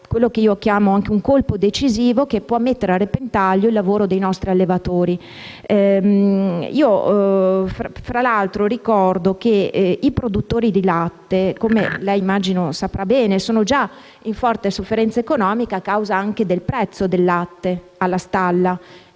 quello che io chiamo un colpo decisivo che può mettere a repentaglio il lavoro dei nostri allevatori. Fra l'altro, ricordo che i produttori di latte - come lei immagino saprà bene - sono già in forte sofferenza economica anche a causa del prezzo del latte alla stalla,